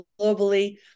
globally